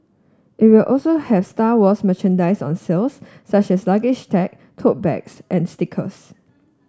it will also have Star Wars merchandise on sales such as luggage tag tote bags and stickers